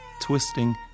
twisting